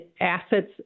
assets